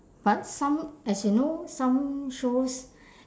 but some as you know some shows